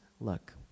look